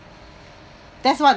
that's what